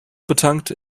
betankt